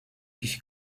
kişi